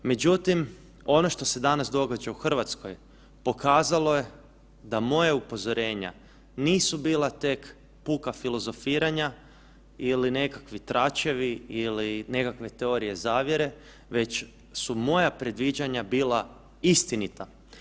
Međutim, ono što se danas događa u Hrvatskoj, pokazalo je da moje upozorenja nisu bila tek puka filozofiranja ili nekakvi tračevi ili nekakve teorije zavjere, već su moja predviđanja bila istinita.